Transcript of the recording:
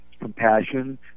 compassion